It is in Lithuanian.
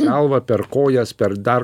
galvą per kojas per dar